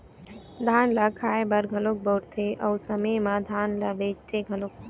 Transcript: धान ल खाए बर घलोक बउरथे अउ समे म धान ल बेचथे घलोक